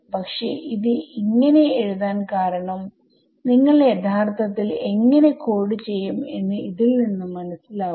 പക്ഷെ ഇത് ഇങ്ങനെ എഴുതാൻ കാരണംനിങ്ങൾ യഥാർത്ഥത്തിൽ എങ്ങനെ കോഡ് ചെയ്യും എന്ന് ഇതിൽ നിന്ന് മനസ്സിലാവും